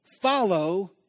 follow